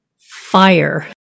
fire